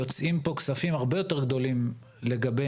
יוצאים פה כספים הרבה יותר גדולים לניטור.